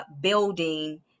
building